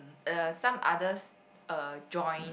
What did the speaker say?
the some others uh join